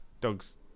dogs